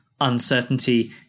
uncertainty